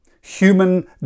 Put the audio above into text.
human